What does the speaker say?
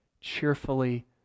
cheerfully